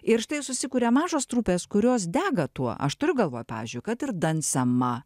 ir štai susikuria mažos trupės kurios dega tuo aš turiu galvoj pavyzdžiui kad ir dansema